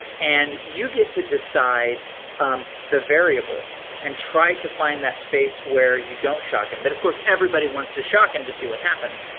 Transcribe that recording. and you get to decide the variables and try to find that space where you don't shock him. but, of course, everybody wants to shock him to see what happens,